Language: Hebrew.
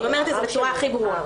אני אומרת את זה בצורה הכי ברורה.